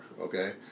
okay